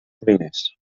primers